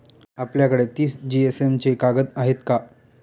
आपल्याकडे तीस जीएसएम चे कागद आहेत का?